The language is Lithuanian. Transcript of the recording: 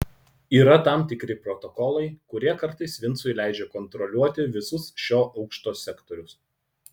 yra tam tikri protokolai kurie kartais vincui leidžia kontroliuoti visus šio aukšto sektorius